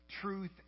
Truth